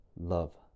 love